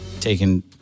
taken